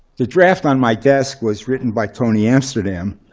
the draft on my desk was written by tony amsterdam.